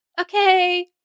Okay